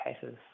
cases